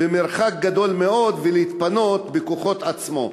למרחק גדול מאוד ולהתפנות בכוחות עצמו.